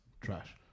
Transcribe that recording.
trash